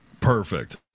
Perfect